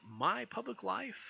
mypubliclife